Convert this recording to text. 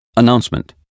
Announcement